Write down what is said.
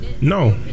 no